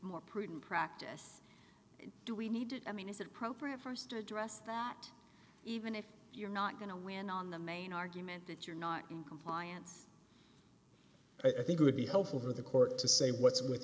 more prudent practice do we need to i mean is it appropriate st to address that even if you're not going to win on the main argument that you're not in compliance i think would be helpful for the court to say what's with